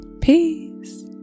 peace